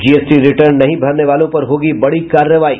GST return नहीं भरने वालों पर होगी बड़ी कार्रवाई